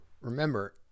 remember